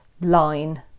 line